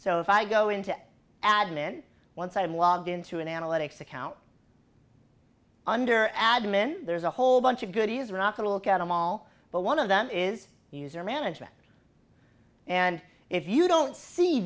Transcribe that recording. so if i go into admin once i'm logged into an analytics account under admin there's a whole bunch of goodies or not to look at them all but one of them is user management and if you don't see